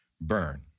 burn